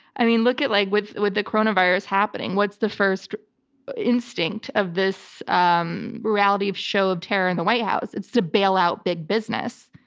i mean, look at like with with the coronavirus happening. what's the first instinct of this um reality show of terror in the white house? it's to bailout big business.